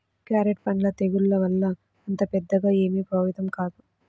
carrot పంట తెగుళ్ల వల్ల అంత పెద్దగా ఏమీ ప్రభావితం కాదు